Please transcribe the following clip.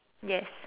yes